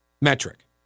metric